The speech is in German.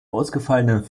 ausgefallenen